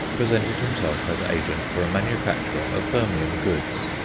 presented himself as agent for a manufacturer of birmingham goods.